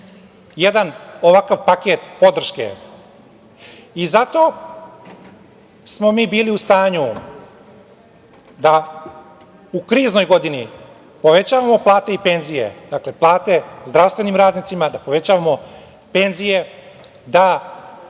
jedan ovakav paket podrške i zato smo mi bili u stanju da u kriznoj godini povećavamo plate i penzije, dakle, plate zdravstvenim radnicima, da povećavamo penzije, da